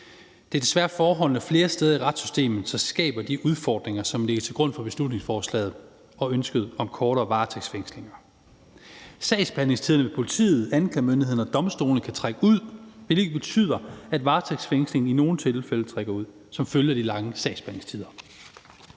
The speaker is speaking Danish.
Det er desværre forholdene flere steder i retssystemet, som skaber de udfordringer, som ligger til grund for beslutningsforslaget og ønsket om kortere varetægtsfængslinger. Sagsbehandlingstiden ved politiet, anklagemyndigheden og domstolene kan trække ud, og det kan betyde, at varetægtsfængslingen i nogle tilfælde trækker ud. Med den ambitiøse